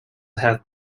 have